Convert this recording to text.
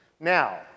Now